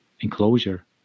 enclosure